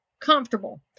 comfortable